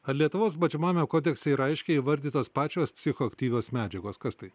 ar lietuvos baudžiamajame kodekse yra aiškiai įvardytos pačios psichoaktyvios medžiagos kas tai